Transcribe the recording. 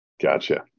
Gotcha